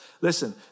Listen